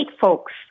folks